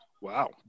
Wow